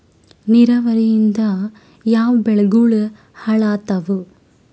ನಿರಾವರಿಯಿಂದ ಯಾವ ಬೆಳೆಗಳು ಹಾಳಾತ್ತಾವ?